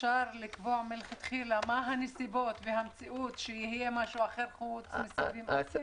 אפשר לקבוע מלכתחילה מה הנסיבות שיהיה משהו אחר פרט לסיבים אופטיים?